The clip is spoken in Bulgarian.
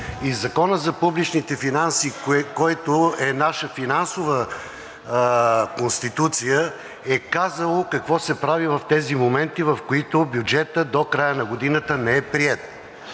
Законът за публичните финанси, който е наша финансова конституция, е казал какво се прави в тези моменти, в които бюджетът до края на годината не е приет.